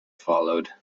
followed